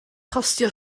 costio